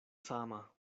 sama